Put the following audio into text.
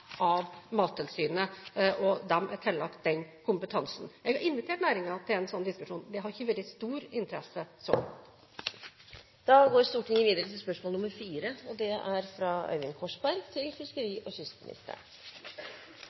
av Mattilsynet og de er tillagt den kompetansen. Jeg har invitert næringen til en sånn diskusjon, men det har ikke vært stor interesse så langt. Jeg har følgende spørsmål til fiskeri- og